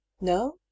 no